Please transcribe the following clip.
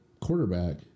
quarterback